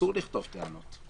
אסור לכתוב טענות.